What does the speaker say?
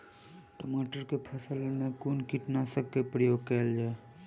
टमाटर केँ फसल मे कुन कीटनासक केँ प्रयोग कैल जाय?